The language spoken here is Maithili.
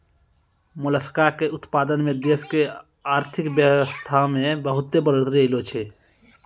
मोलसका के उतपादन सें देश के आरथिक बेवसथा में बहुत्ते बढ़ोतरी ऐलोॅ छै